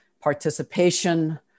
participation